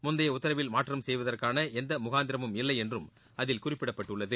முந்தைய உத்தரவில் மாற்றம் செய்வதற்கான எந்த முகாந்திரமும் இல்லை என்றும் அதில் குறிப்பிடப்பட்டுள்ளது